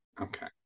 Okay